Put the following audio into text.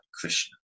Krishna